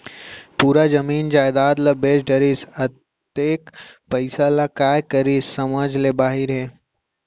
पूरा जमीन जयजाद ल बेच डरिस, अतेक पइसा ल काय करिस समझ ले बाहिर हे